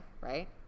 right